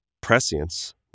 prescience